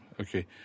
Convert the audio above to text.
Okay